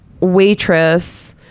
waitress